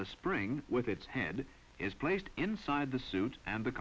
the spring with its head is placed inside the suit and the